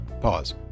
pause